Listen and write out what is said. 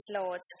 lords